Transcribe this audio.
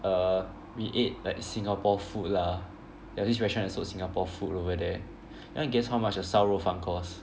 uh we ate like Singapore food lah ya this restaurant sold Singapore food over there you want to guess how much a 烧肉饭 cost